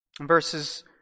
Verses